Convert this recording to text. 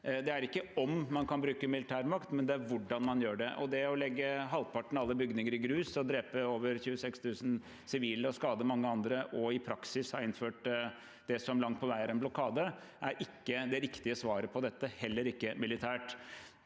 Det er ikke hvorvidt man kan bruke militær makt, men hvordan man gjør det. Det å legge halvparten av alle bygninger i grus, drepe over 26 000 sivile, skade mange andre og i praksis innføre det som langt på vei er en blokade, er ikke det riktige svaret på dette, heller ikke militært.